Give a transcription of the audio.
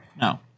No